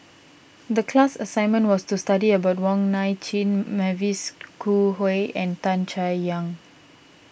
the class assignment was to study about Wong Nai Chin Mavis Khoo Oei and Tan Chay Yan